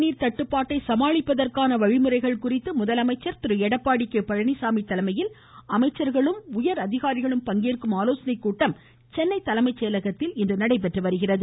நீர் தட்டுபாட்டை சமாளிப்பதற்கான வழிமுறைகள் குறித்து முதலமைச்ச் திரு எடப்பாடி பழனிசாமி தலைமையில் அமைச்ச்கள் மற்றும் உயர் அதிகாரிகளின் ஆலோசனை கூட்டம் சென்னை தலைமை செயலகத்தில் இன்று நடைபெற்று வருகிறது